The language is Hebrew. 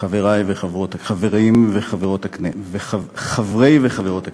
חברי וחברות הכנסת,